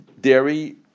dairy